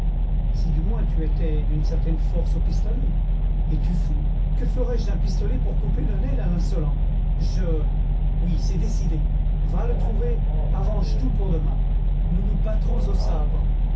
si du moins tu étais d'une certaine force au pistolet es-tu fou que ferais-je d'un pistolet pour couper le nez d'un insolent je oui c'est décidé va le trouver arrange tout pour demain nous nous battrons au sabre